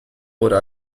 wurde